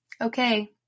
okay